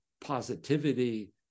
positivity